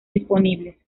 disponibles